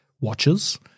watches